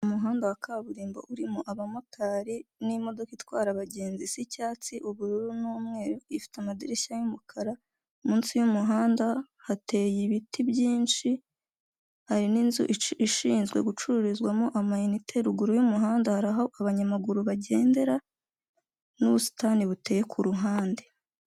Umuhanda wa kaburimbo urimo abamotari n'imodoka itwara abagenzi zicyatsi, ubururu n'umweru, ifite amadirishya y'umukara, munsi yumuhanda hateye ibiti byinshi, hari n'inzu ishinzwe gucururizwamo ama inite, ruguru y'umuhanda hari aho abanyamaguru bagendera, n'ubusitani buteye k'uruhande.